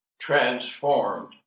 transformed